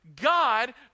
God